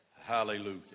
Hallelujah